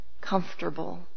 comfortable